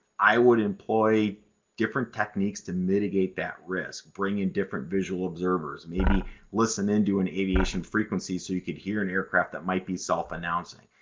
i would employ different techniques to mitigate that risk. bring in different visual observers. maybe listen into an aviation frequency so you could hear an aircraft that might be self announcing.